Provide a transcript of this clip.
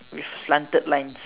with slanted lines